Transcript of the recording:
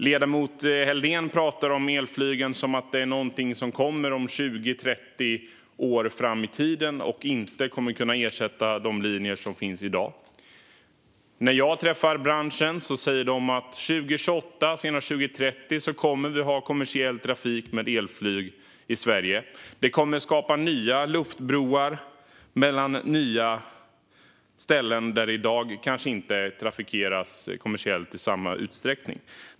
Ledamoten Helldén pratar om elflyget som någonting som kommer 20-30 år fram i tiden och inte kommer att kunna ersätta de linjer som finns i dag. Men när jag träffar branschen säger de att vi 2028 eller senast 2030 kommer att ha kommersiell trafik med elflyg i Sverige. Det kommer att skapa nya luftbroar mellan ställen där det i dag kanske inte bedrivs kommersiell trafik i samma utsträckning.